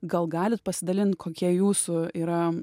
gal galit pasidalint kokie jūsų yra